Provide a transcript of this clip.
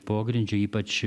pogrindžio ypač